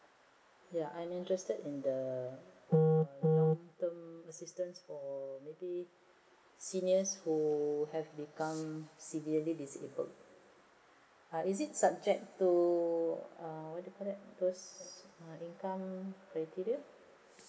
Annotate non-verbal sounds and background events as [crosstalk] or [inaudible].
ya I am interested in the [noise] err long term assistance for maybe seniors who have become severely disable err is it subject to err what do you call that those income criteria